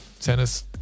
Tennis